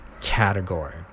category